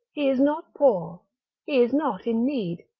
is not poor, he is not in need.